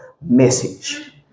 message